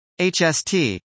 HST